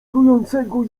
trującego